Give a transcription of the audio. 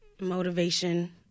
motivation